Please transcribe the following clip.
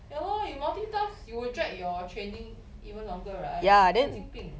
ya lor you maultitask you will drag your training even longer right 神经病